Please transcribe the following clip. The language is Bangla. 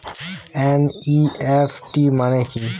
এন.ই.এফ.টি মনে কি?